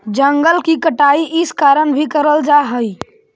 जंगल की कटाई इस कारण भी करल जा हई